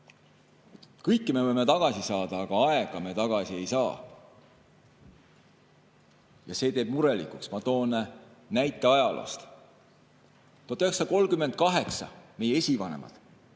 Kõike me võime tagasi saada, aga aega me tagasi ei saa. Ja see teeb murelikuks. Ma toon näite ajaloost. 1938 meie esivanemad